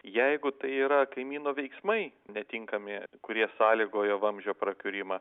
jeigu tai yra kaimyno veiksmai netinkami kurie sąlygojo vamzdžio prakiurimą